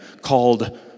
called